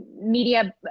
media